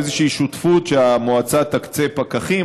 איזושהי שותפות שהמועצה תקצה פקחים,